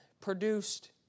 produced